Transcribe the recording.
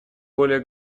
более